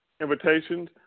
invitations